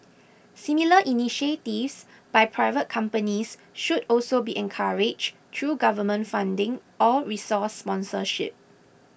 similar initiatives by private companies should also be encouraged through government funding or resource sponsorship